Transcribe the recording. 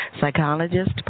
psychologist